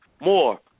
more